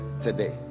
today